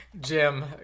jim